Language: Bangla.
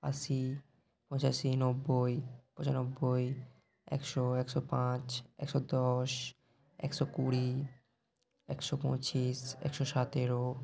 আশি পঁচাশি নব্বই পঁচানব্বই একশো একশো পাঁচ একশো দশ একশো কুড়ি একশো পঁচিশ একশো সাতেরো